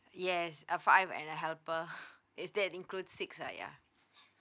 yes a five and a helper is that includes six ah ya